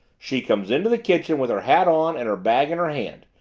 she comes into the kitchen with her hat on and her bag in her hand.